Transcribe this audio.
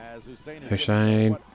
Hussein